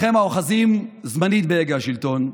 לכם, האוחזים זמנית בהגה השלטון,